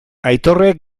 aitorrek